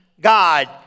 God